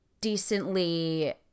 decently